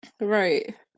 right